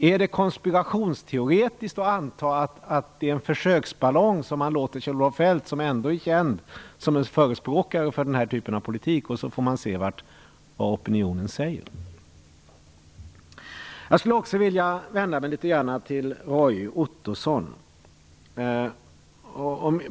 Är det konspirationsteoretiskt att anta att det är en försöksballong från Kjell-Olof Feldt, som ändå är en känd förespråkare för den här typen av politik? Sedan får man se vad opinionen säger. Vidare vill jag vända mig till Roy Ottosson.